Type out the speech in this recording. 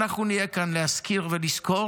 אנחנו נהיה כאן להזכיר ולזכור,